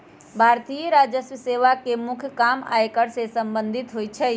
भारतीय राजस्व सेवा के मुख्य काम आयकर से संबंधित होइ छइ